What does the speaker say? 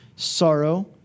sorrow